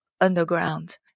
underground